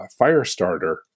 Firestarter